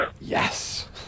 Yes